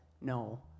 no